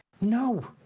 no